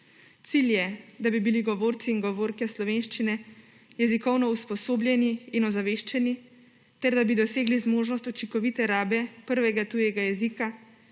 Cilj je, da bi bili govorci in govorke slovenščine jezikovno usposobljeni in ozaveščeni, ter da bi dosegli zmožnost učinkovite rabe prvega tujega jezika,